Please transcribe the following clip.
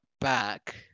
back